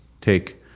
Take